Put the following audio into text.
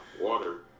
water